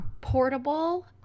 Portable